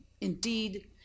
Indeed